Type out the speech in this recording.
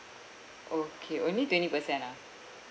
okay only twenty percent ah